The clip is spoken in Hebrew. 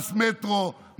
מס מטרו,